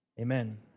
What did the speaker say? Amen